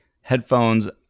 headphones